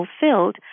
fulfilled